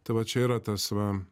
tai va čia yra tas va